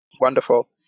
Wonderful